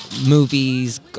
movies